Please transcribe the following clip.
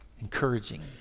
Encouraging